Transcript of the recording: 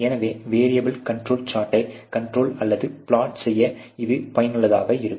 எனவே variable control சார்ட்டை control அல்லது பிளாட் செய்ய இது பயனுள்ளதாக இருக்கும்